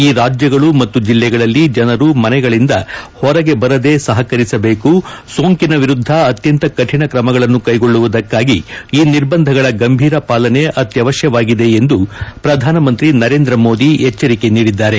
ಈ ರಾಜ್ಯಗಳು ಮತ್ತ ಜಲ್ಲಿಗಳಲ್ಲಿ ಜನರು ಮನೆಗಳಿಂದ ಹೊರಗೆ ಬರದೆ ಸಹಕರಿಸಬೇಕು ಸೋಂಕಿನ ವಿರುದ್ದ ಅತ್ಯಂತ ಕಠಿಣ ತ್ರಮಗಳನ್ನು ಕೈಗೊಳ್ಳುವುದಕ್ಕಾಗಿ ಈ ನಿರ್ಬಂಧಗಳ ಗಂಭೀರ ಪಾಲನೆ ಅತ್ಯವಶ್ಯವಾಗಿ ಎಂದು ಪ್ರಧಾನಮಂತ್ರಿ ನರೇಂದ್ರ ಮೋದಿ ಎಚ್ಚರಿಕೆ ನೀಡಿದ್ದಾರೆ